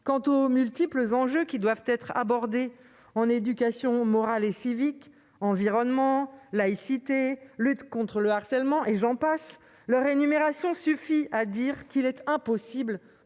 Quant aux multiples enjeux qui doivent être abordés en éducation morale et civique- environnement, laïcité, lutte contre le harcèlement, et j'en passe -, leur énumération suffit à démontrer qu'il est impossible